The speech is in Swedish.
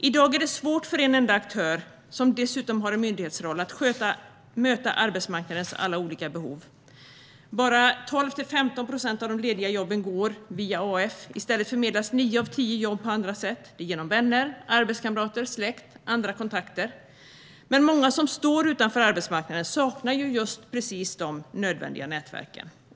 I dag är det svårt för en enda aktör, som dessutom har en myndighetsroll, att möta arbetsmarknadens alla olika behov. Bara 12-15 procent av de lediga jobben går via AF. I stället förmedlas nio av tio jobb på andra sätt: genom vänner, arbetskamrater, släkt och andra kontakter. Men många som står utanför arbetsmarknaden saknar just de nödvändiga nätverken.